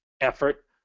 effort